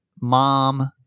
mom